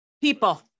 People